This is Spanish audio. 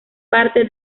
parte